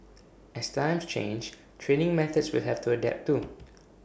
as times change training methods will have to adapt too